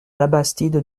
labastide